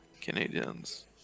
Canadians